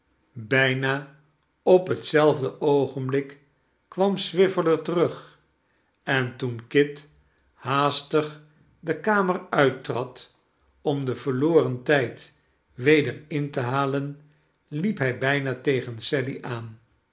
bijna op hetzelfde oogenblik kwam swiveller terug en toen kit haastig de kamer uittrad om den verloren tijd weder in te halen liep hij bijna tegen sally aan